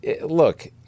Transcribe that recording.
look